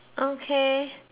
okay